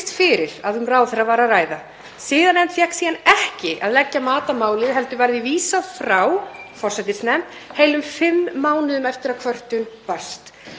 fyrir að um ráðherra var að ræða. Siðanefnd fékk síðan ekki að leggja mat á málið heldur var því vísað frá forsætisnefnd heilum fimm mánuðum eftir að kvörtun barst.